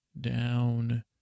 down